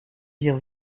dire